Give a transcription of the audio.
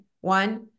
one